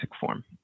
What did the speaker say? form